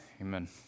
amen